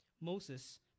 Moses